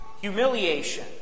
Humiliation